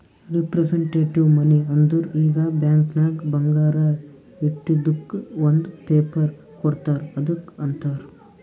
representative money ಅಂದುರ್ ಈಗ bank ನಾಗ್ ಬಂಗಾರ ಇಟ್ಟಿದುಕ್ ಒಂದ್ ಪೇಪರ್ ಕೋಡ್ತಾರ್ ಅದ್ದುಕ್ ಅಂತಾರ್